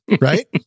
right